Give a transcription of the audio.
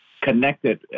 connected